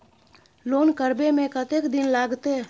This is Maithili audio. लोन करबे में कतेक दिन लागते?